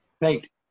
Right